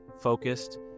focused